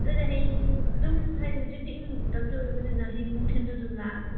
ꯑꯗꯨꯗꯨꯤ ꯍꯌꯦꯡ ꯑꯗꯨꯝ ꯑꯣꯏꯕꯅꯤꯅ ꯍꯌꯦꯡ ꯅꯨꯡꯊꯤꯜꯗꯨ ꯑꯗꯨꯝ ꯂꯥꯛꯑꯒꯦ